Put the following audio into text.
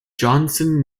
johnson